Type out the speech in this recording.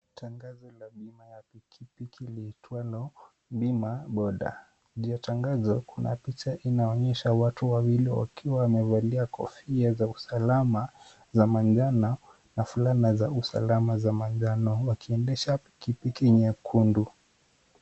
Tangazo la bima ya piki piki liitwalo bima Boda. Juu ya tangazo kuna picha inayoonyesha watu wawili wakiwa wamevalia kofia za usalama za manjano na fulana za usalama za manjano. wakiendesha piki piki nyekundu.